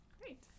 Great